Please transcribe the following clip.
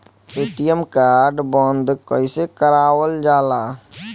ATM card बन्द कईसे करावल जाला?